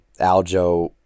Aljo